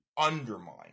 undermine